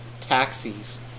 taxis